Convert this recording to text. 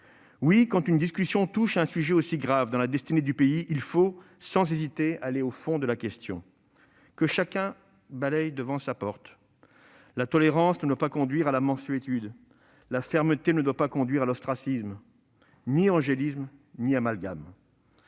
Quand une discussion touche à un sujet aussi grave pour la destinée du pays, il faut aller sans hésiter au fond de la question. Que chacun balaie devant sa porte. La tolérance ne doit pas conduire à la mansuétude. La fermeté ne doit pas conduire à l'ostracisme. Ni angélisme ni amalgame